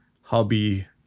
hobby